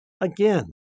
Again